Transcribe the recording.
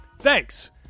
thanks